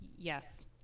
yes